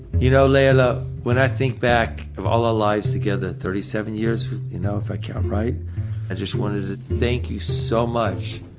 you know leah'le, ah when i think back of our lives together, thirty seven years you know if i count right, i just wanted to say thank you so much,